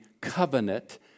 covenant